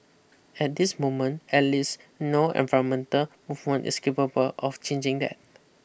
at this moment at least no environmental movement is capable of changing that